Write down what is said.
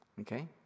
Okay